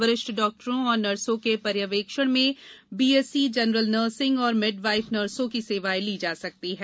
वरिष्ठ डॉक्टरों और नर्सों के पर्यवेक्षण में B S C general nursing और मिड वाइफरी नर्सों की सेवाएं ली जा सकती हैं